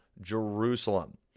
Jerusalem